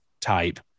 type